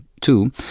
two